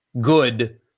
good